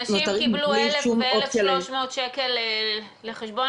אנשים קיבלו 1,000 ו-1,300 שקלים לחשבון